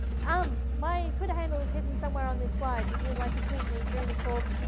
um my twitter handle is hidden somewhere on this slide, if you'd like to tweet me during the talk,